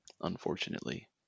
Unfortunately